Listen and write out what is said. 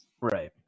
right